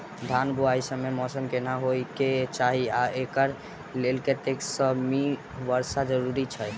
धान बुआई समय मौसम केहन होइ केँ चाहि आ एकरा लेल कतेक सँ मी वर्षा जरूरी छै?